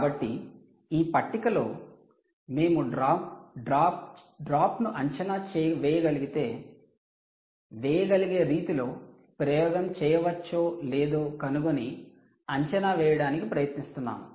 కాబట్టి ఈ పట్టికలో మేము డ్రాప్ను అంచనా వేయగలిగే రీతిలో ప్రయోగం చేయవచ్చో లేదో కనుగొని అంచనా వేయడానికి ప్రయత్నిస్తున్నాము